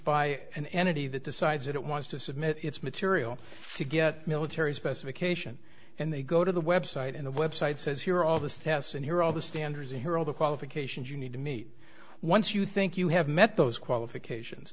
by an entity that decides it wants to submit its material to get military specification and they go to the website and the website says here all this test and here are all the standards here all the qualifications you need to meet once you think you have met those qualifications